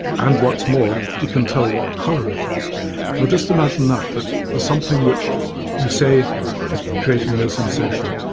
and what's more, he can tell what colour it is. now just imagine that, that there's something which you say is creating no sensation.